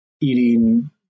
eating